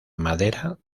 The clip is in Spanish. madera